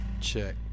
check